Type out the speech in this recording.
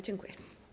Dziękuję.